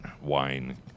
wine